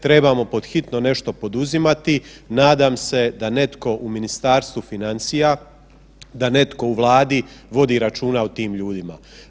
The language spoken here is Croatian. Trebamo pod hitno nešto poduzimati, nadam se da netko u Ministarstvu financija, da netko u Vladi vodi računa o tim ljudima.